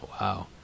Wow